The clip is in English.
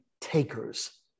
takers